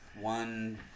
One